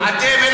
בעניין הזה אתם,